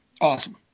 Awesome